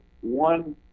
one